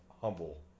humble